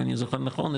אם אני זוכר נכון,